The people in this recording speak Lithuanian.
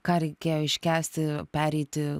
ką reikėjo iškęsti pereiti